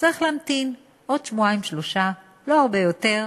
צריך להמתין עוד שבועיים-שלושה, ולא הרבה יותר,